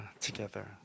together